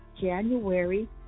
January